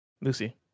Lucy